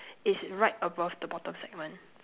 is right above the bottom segment